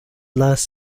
last